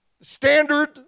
Standard